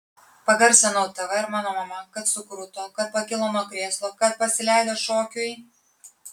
pagarsinau tv ir mano mama kad sukruto kad pakilo nuo krėslo kad pasileido šokiui